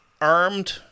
armed